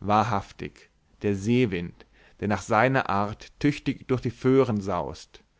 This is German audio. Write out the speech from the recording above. wahrhaftig der seewind der nach seiner art tüchtig durch die föhren saust